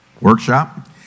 workshop